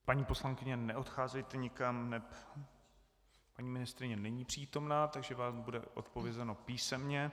Paní poslankyně, neodcházejte nikam, neb paní ministryně není přítomna, takže vám bude odpovězeno písemně.